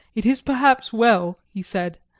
it is perhaps well, he said,